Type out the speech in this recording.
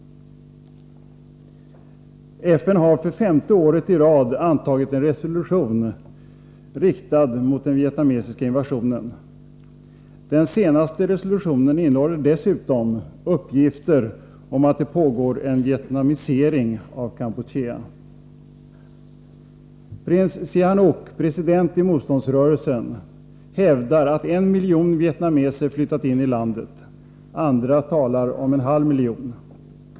FN har för femte året i rad antagit en resolution riktad mot den vietnamesiska invasionen. Den senaste resolutionen innehåller dessutom uppgifter om att det pågår en vietnamisering av Kampuchea. Prins Sihanouk, president i motståndsrörelsen, hävdar att en miljon vietnameser flyttat in i landet. Andra talar om en halv miljon.